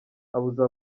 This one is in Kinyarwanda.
abuza